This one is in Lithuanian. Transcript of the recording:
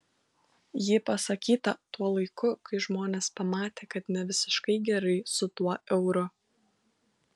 ji pasakyta tuo laiku kai žmonės pamatė kad ne visiškai gerai su tuo euru